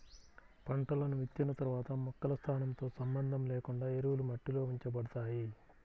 పంటలను విత్తిన తర్వాత మొక్కల స్థానంతో సంబంధం లేకుండా ఎరువులు మట్టిలో ఉంచబడతాయి